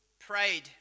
prayed